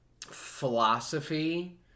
philosophy